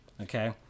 okay